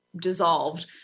dissolved